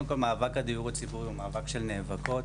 מאבק הדיור הציבורי הוא מאבק של נאבקות,